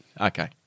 Okay